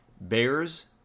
Bears